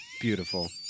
beautiful